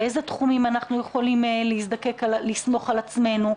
באיזה תחומים אנחנו יכולים לסמוך על עצמנו?